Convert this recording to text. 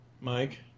Mike